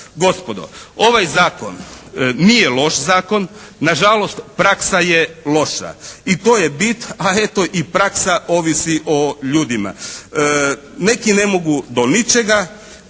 Gospodo ovaj zakon nije loš zakon. Nažalost praksa je loša. A to je bit, a eto i praksa ovisi o ljudima. Neki ne mogu do ničega.